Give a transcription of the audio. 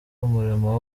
umurimo